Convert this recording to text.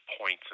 points